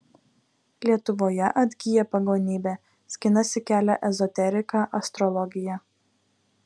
lietuvoje atgyja pagonybė skinasi kelią ezoterika astrologija